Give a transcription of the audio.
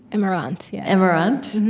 emarante yeah emarante,